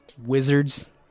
wizards